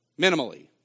Minimally